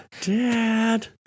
Dad